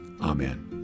Amen